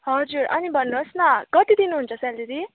हजुर अनि भन्नुहोस् न कति दिनुहुन्छ सेलेरी